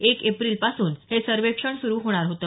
एक एप्रिल पासून हे सर्वेक्षण सुरु होणार होतं